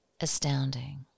astounding